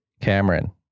Cameron